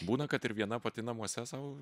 būna kad ir viena pati namuose sau